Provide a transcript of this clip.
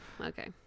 okay